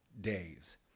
days